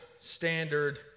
standard